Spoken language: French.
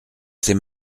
ses